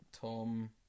Tom